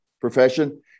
profession